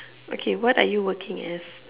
okay what are you working as